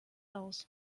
aus